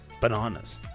Bananas